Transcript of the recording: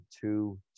two